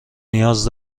نیاز